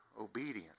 obedience